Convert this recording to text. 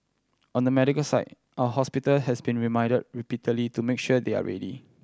on the medical side our hospital has been reminded repeatedly to make sure they are ready